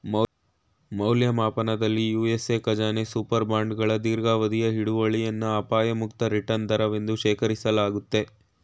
ಮೌಲ್ಯಮಾಪನದಲ್ಲಿ ಯು.ಎಸ್.ಎ ಖಜಾನೆ ಸೂಪರ್ ಬಾಂಡ್ಗಳ ದೀರ್ಘಾವಧಿಯ ಹಿಡುವಳಿಯನ್ನ ಅಪಾಯ ಮುಕ್ತ ರಿಟರ್ನ್ ದರವೆಂದು ಶೇಖರಿಸಲಾಗುತ್ತೆ